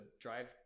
drive